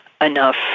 enough